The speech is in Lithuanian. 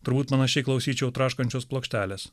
turbūt panašiai klausyčiau traškančios plokštelės